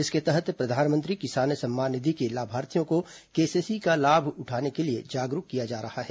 इसके तहत प्रधानमंत्री किसान सम्मान निधि के लाभार्थियों को केसीसी का लाभ उठाने के लिए जागरूक किया जा रहा है